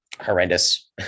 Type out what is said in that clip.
horrendous